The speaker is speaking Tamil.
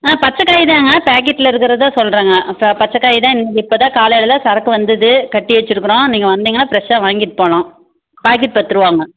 ஆ பச்சை காய் தாங்க பாக்கெட்டில் இருக்குறதை தான் சொல்லுறேங்க பச்சை காய் தான் இப்போ தான் காலையில் தான் சரக்கு வந்துது கட்டி வச்சுருக்குறோம் நீங்கள் வந்தீங்கன்னா ஃப்ரெஷ்ஷாக வாங்கிட்டு போகலாம் பாக்கெட் பத்துரூவாங்க